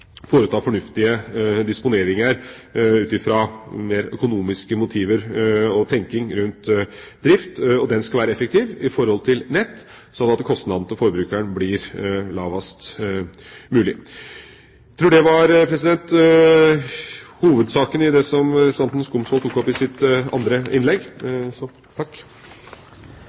foreta fornuftige disponeringer ut fra mer økonomiske motiver og en tenkning rundt drift. Den skal være effektiv i forhold til nettet, slik at kostnadene til forbrukeren blir lavest mulig. Jeg tror det var hovedsaken i det representanten Skumsvoll tok opp i sitt andre innlegg.